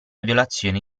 violazione